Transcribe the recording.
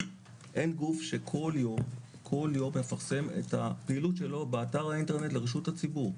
אין גוף שכל יום מפרסם את הפעילות שלו באתר האינטרנט לרשות הציבור.